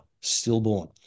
stillborn